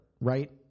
right